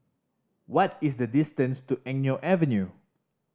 what is the distance to Eng Neo Avenue